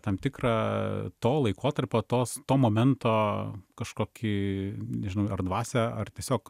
tam tikrą to laikotarpio tos momento kažkokį nežinau ar dvasią ar tiesiog